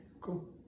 cool